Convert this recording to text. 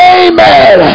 amen